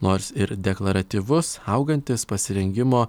nors ir deklaratyvus augantis pasirengimo